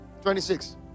26